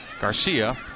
Garcia